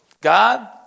God